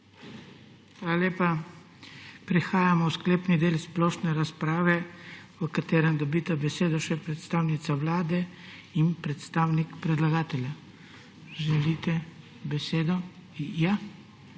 lepa. Prehajamo v sklepni del splošne razprave, v katerem dobita besedo še predstavnica Vlade in predstavnik predlagatelja. Želite besedo? Ne.